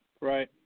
Right